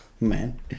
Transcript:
Man